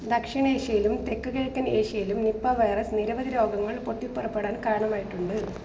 ദക്ഷിണേഷ്യയിലും തെക്കുകിഴക്കൻ ഏഷ്യയിലും Nipah virus നിരവധി രോഗങ്ങൾ പൊട്ടിപ്പുറപ്പെടാൻ കാരണമായിട്ടുണ്ട്